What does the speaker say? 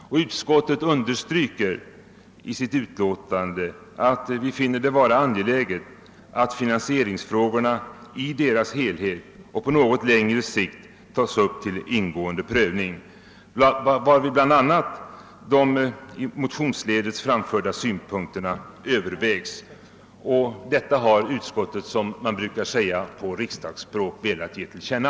Utskottet understryker att det finner det vara >angelä get att finansieringsfrågorna i deras helhet och på något längre sikt tas upp till en ingående prövning», varvid bl.a. de motionsledes framförda synpunkterna öÖövervägs. Detta har utskottet, som man brukar säga på riksdagsspråk, velat ge till känna.